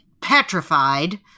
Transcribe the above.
petrified